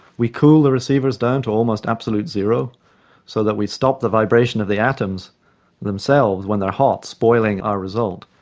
we cool the receivers down to almost absolute zero so that we stop the vibration of the atoms themselves when they are hot spoiling our result.